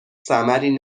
ثمری